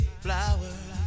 Flowers